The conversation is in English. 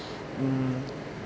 mm